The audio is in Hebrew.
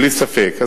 בלי ספק.